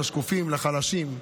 לשקופים ולחלשים.